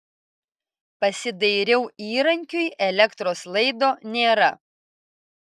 pasidairiau įrankiui elektros laido nėra